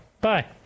Bye